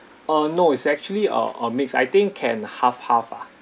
uh no it's actually a a mix I think can half half ah